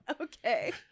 Okay